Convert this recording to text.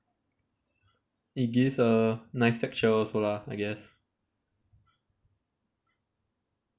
it gives a nice texture also lah I guess